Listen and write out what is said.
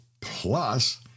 Plus